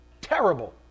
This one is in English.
terrible